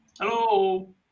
Hello